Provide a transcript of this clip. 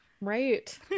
Right